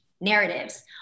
narratives